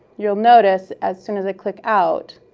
you'll notice as soon as i click out,